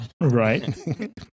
right